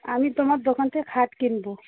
আমি তোমার দোকান থেকে খাট কিনব